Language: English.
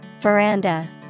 Veranda